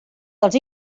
dels